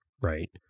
right